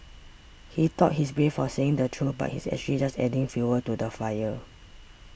he thought he's brave for saying the truth but he's actually just adding fuel to the fire